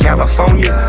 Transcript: California